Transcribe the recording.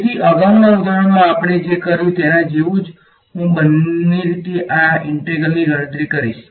તેથી અગાઉના ઉદાહરણમાં આપણે જે કર્યું તેના જેવું જ હું બંને રીતે આ ઈંટેગ્રલની ગણતરી કરીશ